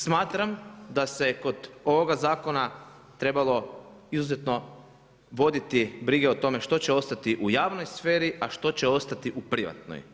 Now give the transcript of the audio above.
Smatram da se kod ovoga zakona trebalo izuzetno voditi brige o tome što će ostati u javnoj sferi, a što će ostati u privatnoj.